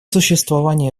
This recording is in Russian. существование